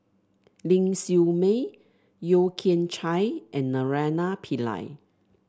Ling Siew May Yeo Kian Chye and Naraina Pillai